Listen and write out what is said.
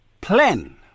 plan